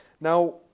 Now